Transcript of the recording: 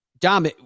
Dom